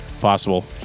possible